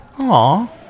Aw